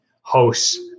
hosts